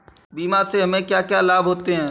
बीमा से हमे क्या क्या लाभ होते हैं?